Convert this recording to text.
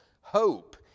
Hope